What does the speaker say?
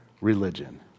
religion